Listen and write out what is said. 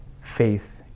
faith